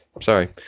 Sorry